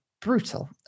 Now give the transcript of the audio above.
brutal